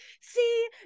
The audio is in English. See